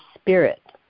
spirit